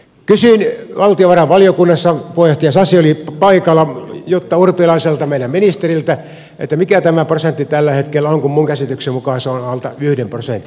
kysyin valtiovarainvaliokunnassa puheenjohtaja sasi oli paikalla jutta urpilaiselta meidän ministeriltämme mikä tämä prosentti tällä hetkellä on kun minun käsitykseni mukaan se on alta yhden prosentin